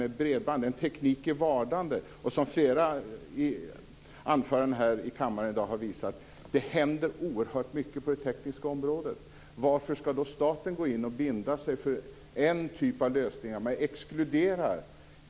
Det är en teknik i vardande, och som flera anföranden här i kammaren i dag har visat händer det oerhört mycket på det tekniska området. Varför ska då staten gå in och binda sig för en typ av lösningar?